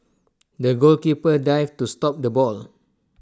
the goalkeeper dived to stop the ball